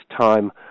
time